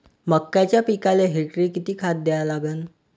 मक्याच्या पिकाले हेक्टरी किती खात द्या लागन?